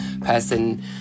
person